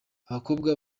abakobwa